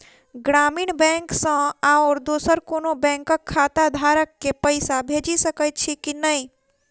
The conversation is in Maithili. ग्रामीण बैंक सँ आओर दोसर कोनो बैंकक खाताधारक केँ पैसा भेजि सकैत छी की नै?